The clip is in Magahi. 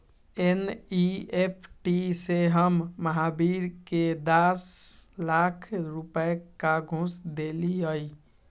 एन.ई.एफ़.टी से हम महावीर के दस लाख रुपए का घुस देलीअई